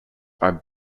are